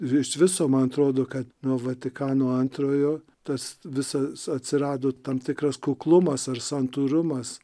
ir iš viso man atrodo kad nuo vatikano antrojo tas visas atsirado tam tikras kuklumas ar santūrumas